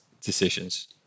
decisions